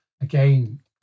again